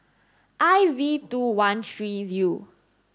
I V two one three U